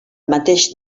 mateix